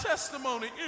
Testimony